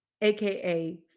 AKA